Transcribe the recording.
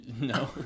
No